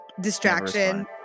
Distraction